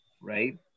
Right